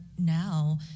now